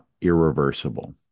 irreversible